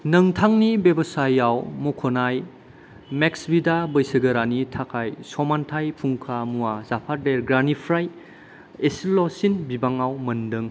नोंथांनि बेबसायाव मुंख'नाय मेक्सबिदा बैसोगोरानि थाखाय समानथाइ फुंखा मुवा जाफादेरग्रानिफ्राय इसेलसिन बिबाङाव मोनदों